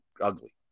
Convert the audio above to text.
Ugly